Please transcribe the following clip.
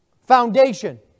foundation